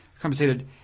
compensated